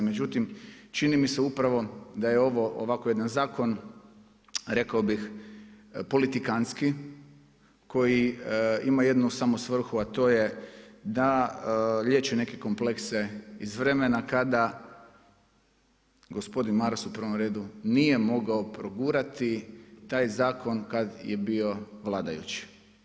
Međutim, čini mi se upravo da je ovo ovako jedan zakon rekao bih politikantski koji ima jednu samo svrhu a to je da liječi neke komplekse iz vremena kada gospodin Maras u prvom redu nije mogao progurati taj zakon kad je bio vladajući.